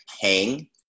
hang